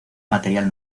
material